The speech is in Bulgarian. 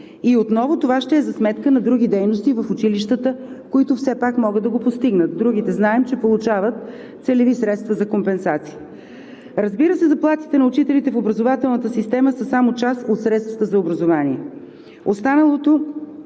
и отново това ще е за сметка на други дейности в училищата, които все пак могат да го постигнат – другите знаем, че получават целеви средства за компенсация. Разбира се, заплатите на учителите в образователната система са само част от средствата за образование. Останалото